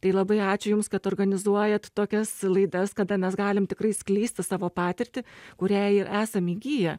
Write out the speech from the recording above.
tai labai ačiū jums kad organizuojat tokias laidas kada mes galim tikrai skleisti savo patirtį kurią ir esam įgiję